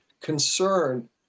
concern